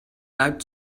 leib